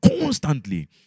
constantly